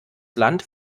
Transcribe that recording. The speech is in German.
land